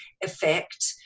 effect